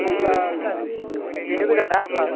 अब्ला बेनो गोजा ना सार